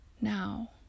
now